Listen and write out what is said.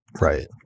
Right